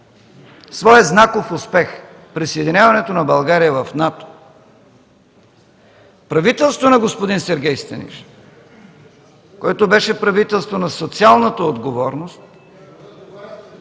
своя знаков успех – присъединяването на България в НАТО. Правителството на господин Сергей Станишев, което беше правителство на социалната отговорност,